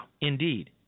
indeed